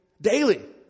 Daily